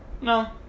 no